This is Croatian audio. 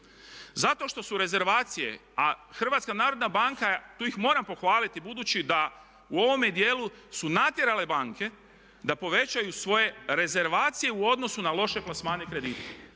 Zato što su rezervacije, a HNB tu ih moram pohvaliti budući da u ovom dijelu su natjerale banke da povećaju svoje rezervacije u odnosu na loše plasmane kredita.